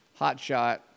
hotshot